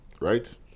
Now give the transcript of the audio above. right